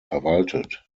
verwaltet